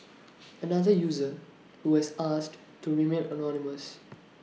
another user who has asked to remain anonymous